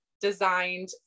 designed